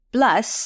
Plus